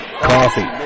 Coffee